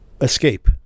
escape